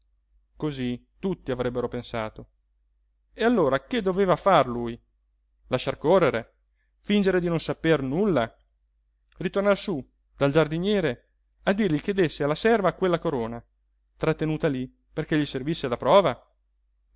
cosí tutti avrebbero pensato e allora che doveva far lui lasciar correre fingere di non saper nulla ritornar sú dal giardiniere a dirgli che desse alla serva quella corona trattenuta lí perché gli servisse da prova